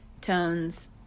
tones